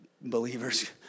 believers